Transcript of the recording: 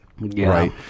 Right